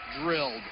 drilled